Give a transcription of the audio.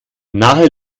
nahe